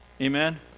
Amen